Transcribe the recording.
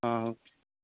ହଁ